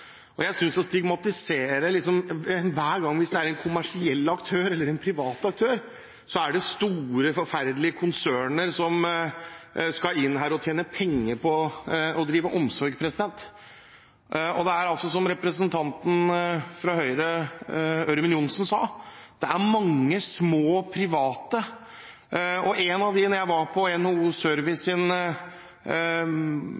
det store, forferdelige konsern som skal inn og tjene penger på å drive omsorg. Det er som representanten fra Høyre, Ørmen Johnsen sa, det er mange små private. Da jeg var på NHO Services framleggelse av en ny rapport, reiste en av dem seg. Han var akkurat som Olaug V. Bollestad og hadde vært sammen med foreldrene sine på